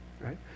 right